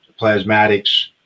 Plasmatics